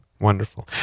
wonderful